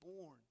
born